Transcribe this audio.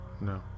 No